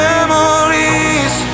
Memories